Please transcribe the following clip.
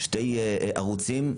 שני ערוצים: